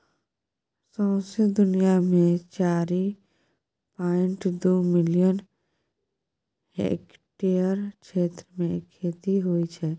सौंसे दुनियाँ मे चारि पांइट दु मिलियन हेक्टेयर क्षेत्र मे खेती होइ छै